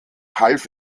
half